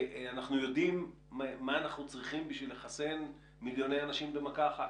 אנחנו יודעים מה אנחנו צריכים בשביל לחסן מיליוני אנשים במכה אחת.